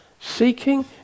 seeking